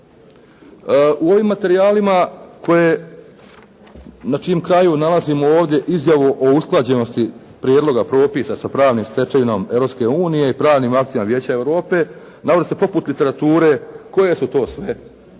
U ovim materijalima koje, na čijem kraju nalazimo ovdje izjavu o usklađenosti propisa sa pravnom stečevinom Europske unije i pravnim aktima Vijeće Europe, nalazi se poput literature koje su to sve